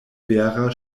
vera